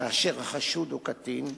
כאשר החשוד הוא קטין,